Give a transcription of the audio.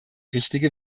richtige